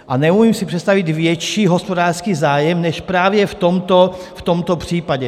A neumím si přestavit větší hospodářský zájem než právě v tomto případě.